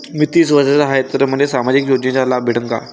मी तीस वर्षाचा हाय तर मले सामाजिक योजनेचा लाभ भेटन का?